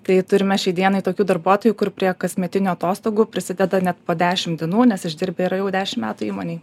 tai turime šiai dienai tokių darbuotojų kur prie kasmetinių atostogų prisideda net po dešim dienų nes išdirbę yra jau dešim metų įmonėj